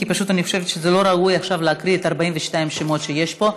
כי פשוט אני חושבת שזה לא ראוי עכשיו להקריא את 42 השמות שיש פה.